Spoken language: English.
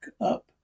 up